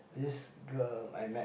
this girl I met